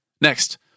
Next